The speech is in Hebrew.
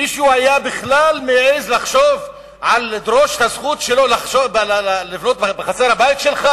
מישהו בכלל היה מעז לחשוב על לדרוש את הזכות לבנות בחצר הבית שלך?